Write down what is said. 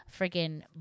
freaking